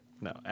No